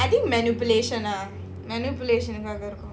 I think manipulation ah manipulation